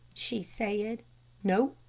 she said, no.